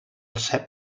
cep